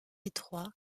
étroits